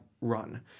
run